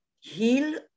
heal